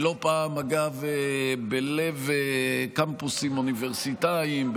לא פעם בלב קמפוסים אוניברסיטאיים,